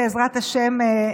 בעזרת השם,